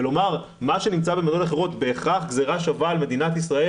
ולומר שמה שנמצא במדינות אחרות בהכרח גזרה שווה על מדינת ישראל